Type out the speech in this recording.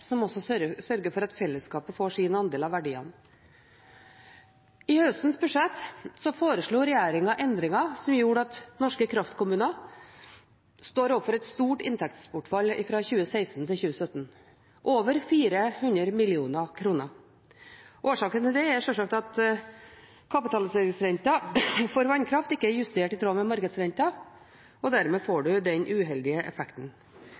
som også sørger for at fellesskapet får sin andel av verdiene. I høstens budsjett foreslo regjeringen endringer som gjorde at norske kraftkommuner står overfor et stort inntektsbortfall fra 2016 til 2017 – over 400 mill. kr. Årsaken til det er sjølsagt at kapitaliseringsrenten for vannkraft ikke er justert i tråd med markedsrenten, og dermed får en den uheldige effekten.